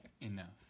Enough